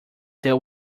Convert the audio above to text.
that